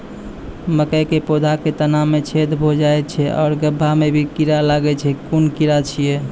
मकयक पौधा के तना मे छेद भो जायत छै आर गभ्भा मे भी कीड़ा लागतै छै कून कीड़ा छियै?